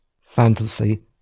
Fantasy